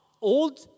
Old